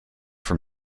from